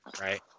right